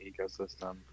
ecosystem